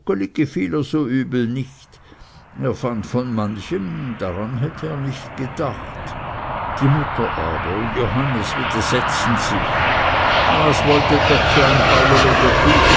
so übel nicht er fand von manchem daran hätte er nicht gedacht die mutter aber und johannes widersetzten sich was wollte doch so ein